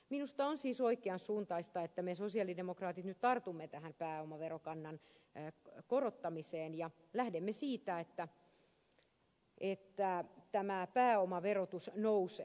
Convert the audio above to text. minusta on siis oikeansuuntaista että me sosialidemokraatit nyt tartumme tähän pääomaverokannan korottamiseen ja lähdemme siitä että pääomaverotus nousee